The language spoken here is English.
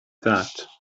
that